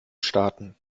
starten